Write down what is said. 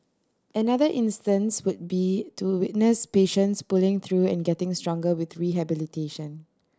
another instance would be to witness patients pulling through and getting stronger with rehabilitation